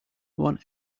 one